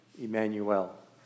Emmanuel